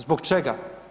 Zbog čega?